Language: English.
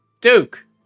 Duke